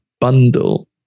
bundle